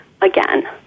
again